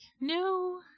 no